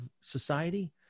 society